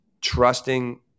trusting